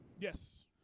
Yes